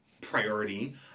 priority